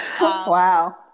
Wow